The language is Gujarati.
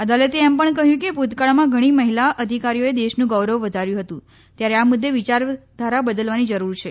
અદાલતે એમ પણ કહ્યું કે ભુતકાળમાં ઘણી મહિલા અધિકારીઓએ દેશનું ગૌરવ વધાર્યું હતું ત્યારે આ મુદ્દે વિચાર ધારા બદલવાની જરૂર છે